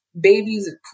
babies